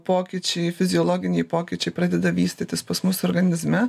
pokyčiai fiziologiniai pokyčiai pradeda vystytis pas mus organizme